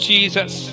Jesus